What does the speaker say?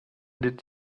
did